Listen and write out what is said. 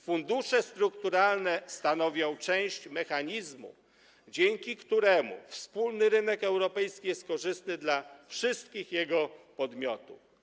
Fundusze strukturalne stanowią część mechanizmu, dzięki któremu wspólny rynek europejski jest korzystny dla wszystkich jego podmiotów.